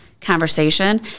conversation